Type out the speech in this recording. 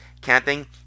camping